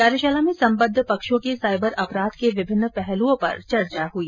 कार्यशाला में संबद्ध पक्षों के साइबर अपराध के विभिन्न पहलुओं पर चर्चा हुई